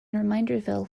reminderville